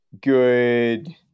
good